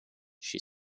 she